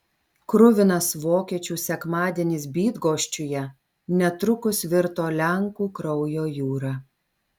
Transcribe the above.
kruvinas vokiečių sekmadienis bydgoščiuje netrukus virto lenkų kraujo jūra